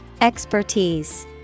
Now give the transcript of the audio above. Expertise